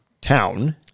town